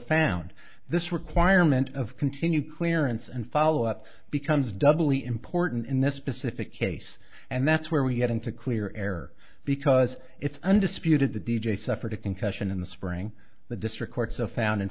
found this requirement of continued clearance and follow up becomes doubly important in this specific case and that's where we get into clear error because it's undisputed the d j suffered a concussion in the spring the district court so found